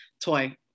toy